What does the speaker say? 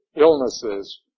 illnesses